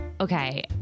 Okay